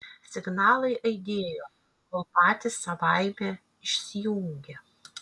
signalai aidėjo kol patys savaime išsijungė